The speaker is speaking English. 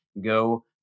Go